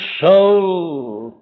soul